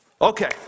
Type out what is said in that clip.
Okay